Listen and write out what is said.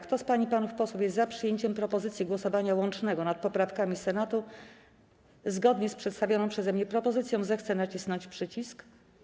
Kto z pań i panów posłów jest za przyjęciem propozycji głosowania łącznego nad poprawkami Senatu zgodnie z przedstawioną przeze mnie propozycją, zechce nacisnąć przycisk.